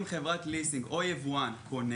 אם חברת הליסינג או היבואן קונים